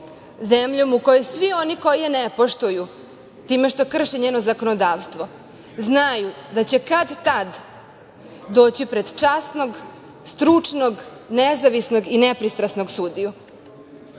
zemljom u kojoj svi oni koji je ne poštuju time što krše njeno zakonodavstvo znaju da će kad tad doći pred časnog, stručnog, nezavisnog i nepristrasnog sudiju. Mi